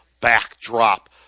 backdrop